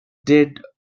did